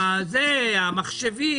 המחשבים,